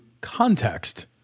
context